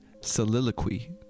soliloquy